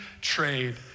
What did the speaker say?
trade